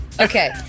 Okay